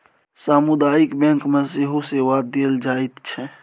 सामुदायिक बैंक मे सेहो सेवा देल जाइत छै